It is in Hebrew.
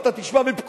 אתה תשמע בפקודה.